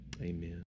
Amen